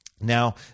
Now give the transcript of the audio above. Now